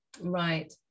Right